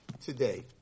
today